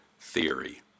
theory